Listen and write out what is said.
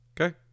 Okay